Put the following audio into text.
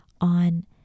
on